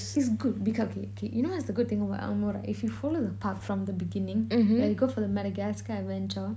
is good beca~ okay okay you know what's the good thing about Elmo ride if you follow the path from the beginning where you go for the Madagascar adventure